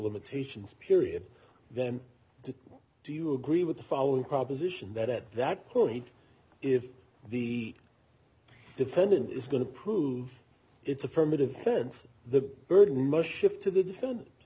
limitations period then to do you agree with the following proposition that at that point if the defendant is going to prove it's affirmative defense the burden must shift to the defendant